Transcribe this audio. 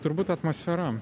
turbūt atmosfera